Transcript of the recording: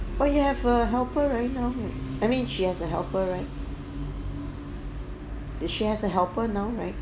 oh you have a helper right now I mean she has a helper right she has a helper now right